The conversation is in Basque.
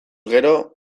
gero